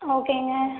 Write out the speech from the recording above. ஓகேங்க